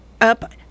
up